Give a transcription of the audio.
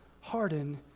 harden